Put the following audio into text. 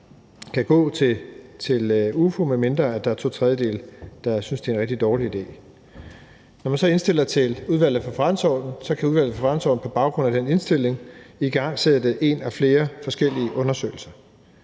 medmindre to tredjedele synes, det er en rigtig dårlig idé. Når man så indstiller til Udvalget for Forretningsordenen, kan Udvalget for Forretningsordenen på baggrund af den indstilling igangsætte en af flere forskellige undersøgelser.